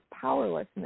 powerlessness